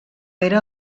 era